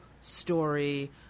story